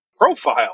profile